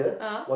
ah